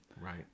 Right